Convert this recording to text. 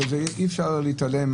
ואי אפשר להתעלם,